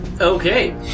Okay